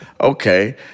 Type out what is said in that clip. Okay